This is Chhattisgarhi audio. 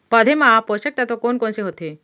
पौधे मा पोसक तत्व कोन कोन से होथे?